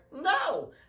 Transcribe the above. No